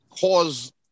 cause